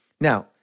Now